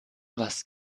was